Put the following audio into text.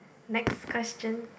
next question